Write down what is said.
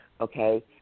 okay